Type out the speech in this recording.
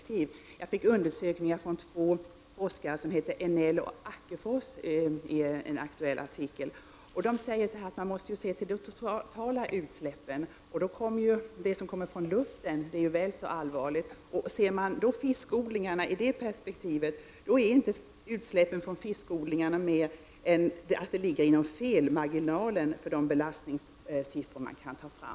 Två forskare, Enell och Ackefors, säger i en aktuell artikel: Man måste se till de totala utsläppen. Det som kommer från luften är väl så allvarligt. Men om man ser fiskodlingarna i det perspektivet, är utsläppen från fiskodlingarna inte värre än att det ligger inom felmarginalen när det gäller de belastningssiffror som kan tas fram.